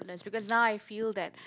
because now I feel that